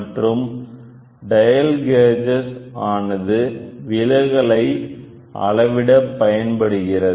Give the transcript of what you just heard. மற்றும் dial gauge ஆனது விலகலை அளவிடப்பயன்படுகிறது